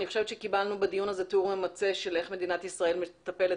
אני חושבת שקיבלנו בדיון הזה תיאור ממצה של איך מדינת ישראל מטפלת